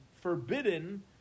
forbidden